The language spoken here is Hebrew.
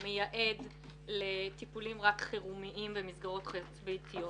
מייעד רק לטיפולים חירומיים במסגרות חוץ ביתיות?